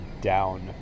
down